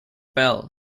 bell